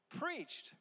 preached